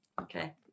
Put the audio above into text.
Okay